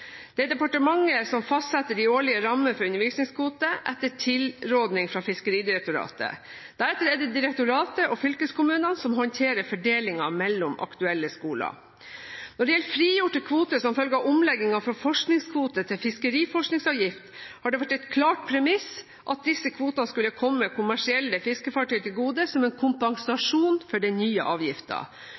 Det er departementet som fastsetter de årlige rammene for undervisningskvoter, etter tilrådning fra Fiskeridirektoratet. Deretter er det direktoratet og fylkeskommunene som håndterer fordelingen mellom aktuelle skoler. Når det gjelder frigjorte kvoter som følge av omleggingen fra forskningskvoter til fiskeriforskningsavgift, har det vært et klart premiss at disse kvotene skal komme kommersielle fiskefartøy til gode som en kompensasjon for den nye